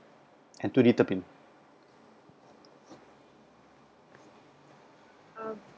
and to determine